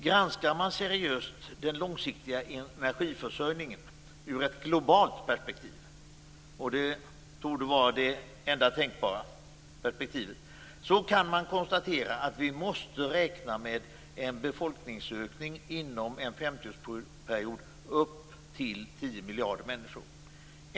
Granskar man seriöst den långsiktiga energiförsörjningen ur ett globalt perspektiv - och det torde vara det enda tänkbara perspektivet - kan man konstatera att vi måste räkna med en befolkningsökning inom en 50-årsperiod om upp till 10 miljarder människor.